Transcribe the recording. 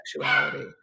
sexuality